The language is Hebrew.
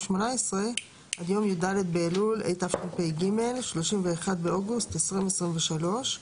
18 עד יום י"ד באלול התשפ"ג (31 באוגוסט 2023),